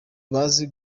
bazi